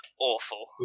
awful